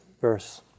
verse